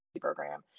program